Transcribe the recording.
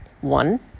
One